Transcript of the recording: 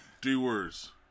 D-Words